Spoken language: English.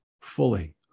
fully